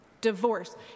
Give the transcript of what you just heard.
divorce